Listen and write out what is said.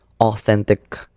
authentic